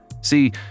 See